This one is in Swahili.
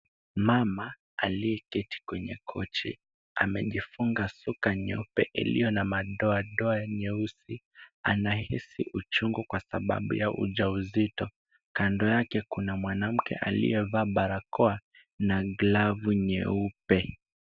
Mama aliyeketi kwenye kochi amejifunga shuka nyeupe iliyo na madoadoa nyeusi anahisi uchungu kwa sababu ya ujauzito. Kando yake kuna mwanamke aliyevaa barakoa na glavu nyeupe.